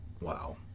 Wow